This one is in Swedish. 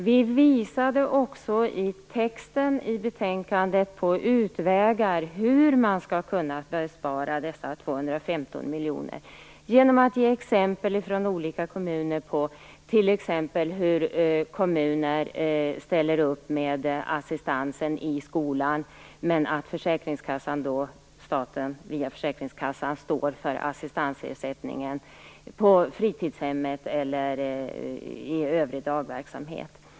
Vi visade också i texten i betänkandet på utvägar för hur man skall kunna spara dessa 215 miljoner genom att ge exempel från olika kommuner på t.ex. hur kommuner ställer upp med assistans i skolan samtidigt som staten via försäkringskassan står för assistansersättningen på fritidshemmet eller i övrig dagverksamhet.